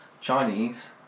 Chinese